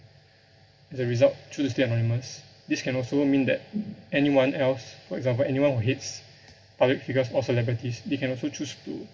as a result choose to stay anonymous this can also mean that anyone else for example anyone who hates public figures or celebrities they can also choose to